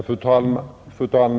Fru talman!